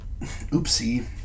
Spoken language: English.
oopsie